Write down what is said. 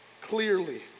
clearly